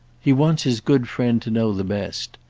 he wants his good friend to know the best.